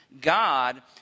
God